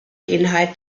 inhalt